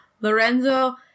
Lorenzo